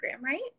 right